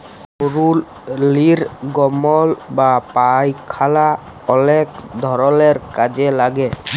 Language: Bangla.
গরুর লির্গমল বা পায়খালা অলেক ধরলের কাজে লাগে